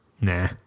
Nah